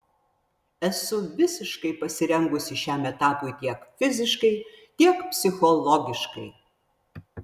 esu visiškai pasirengusi šiam etapui tiek fiziškai tiek psichologiškai